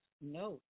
No